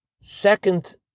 second